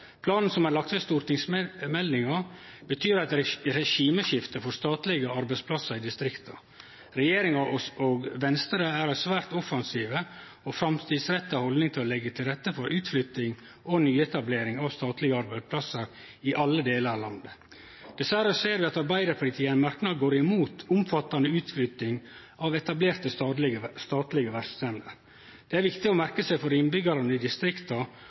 Planen som er lagd ved stortingsmeldinga, betyr eit regimeskifte for statlege arbeidsplassar i distrikta. Regjeringa og Venstre har ei svært offensiv og framtidsretta haldning til å leggje til rette for utflytting og nyetablering av statlege arbeidsplassar i alle delar av landet. Dessverre ser vi at Arbeidarpartiet i ein merknad går imot omfattande utflytting av etablerte statlege verksemder. Det er viktig å merke seg for innbyggjarane i distrikta